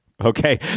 okay